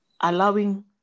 allowing